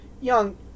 young